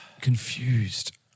Confused